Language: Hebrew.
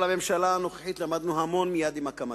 אבל על הממשלה הנוכחית למדנו המון מייד עם הקמתה.